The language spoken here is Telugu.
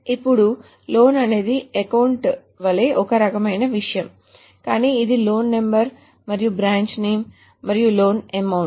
ఇప్పుడు లోన్ అనేది అకౌంట్ వలే ఒకే రకమైన విషయం కానీ ఇది లోన్ నెంబర్ మరియు బ్రాంచ్ నేమ్ మరియు లోన్ అమౌంట్